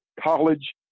College